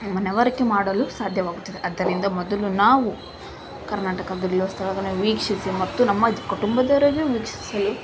ಮನವರಿಕೆ ಮಾಡಲು ಸಾಧ್ಯವಾಗುತ್ತದೆ ಆದ್ದರಿಂದ ಮೊದಲು ನಾವು ಕರ್ನಾಟಕದಲ್ಲಿರುವ ಸ್ಥಳಗಳನ್ನು ವೀಕ್ಷಿಸಿ ಮತ್ತು ನಮ್ಮ ಕುಟುಂಬದವರಿಗೂ ವೀಕ್ಷಿಸಲು